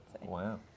Wow